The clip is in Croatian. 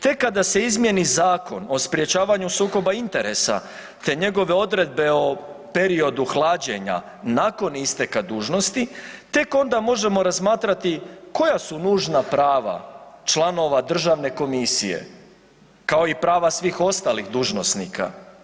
Tek kada se izmijeni Zakon o sprječavanju sukoba interesa, te njegove odredbe o periodu hlađenja nakon isteka dužnosti tek ona možemo razmatrati koja su nužna prava članova državne komisije, kao i prava svih ostalih dužnosnika.